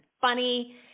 funny